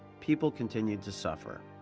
people continued to suffer.